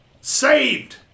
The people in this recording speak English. Saved